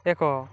ଏକ